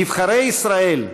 "נבחרי ישראל,